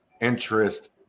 interest